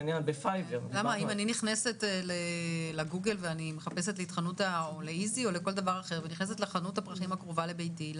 אני נכנסת לגוגל ואני מחפשת את חנות הפרחים הקרובה לביתי,